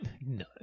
no